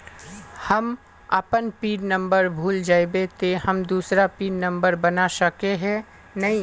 हम अपन pin number भूल जयबे ते हम दूसरा पिन नंबर बना सके है नय?